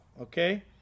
okay